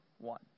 one